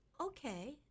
okay